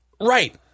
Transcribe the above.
right